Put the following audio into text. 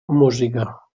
música